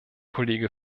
kollege